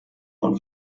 und